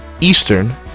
Eastern